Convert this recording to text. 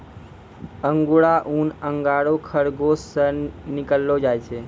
अंगुरा ऊन अंगोरा खरगोस से निकाललो जाय छै